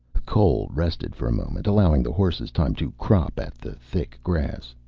cole rested for a moment, allowing the horses time to crop at the thick grass.